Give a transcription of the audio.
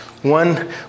One